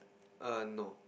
err no